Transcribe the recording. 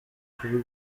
kuri